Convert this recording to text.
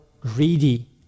greedy